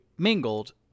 mingled